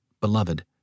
Beloved